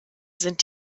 sind